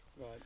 right